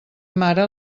mare